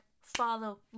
follow